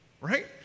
Right